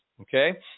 Okay